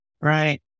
Right